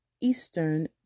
eastern